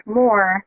more